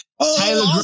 Taylor